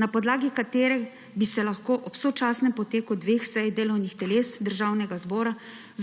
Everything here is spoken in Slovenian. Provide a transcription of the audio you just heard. na podlagi katere bi se lahko ob sočasnem poteku dveh sej delovnih teles Državnega zbora